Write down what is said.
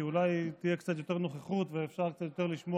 כי אולי תהיה קצת יותר נוכחות ואפשר יהיה קצת יותר לשמוע.